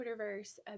Twitterverse